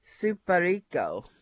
Superico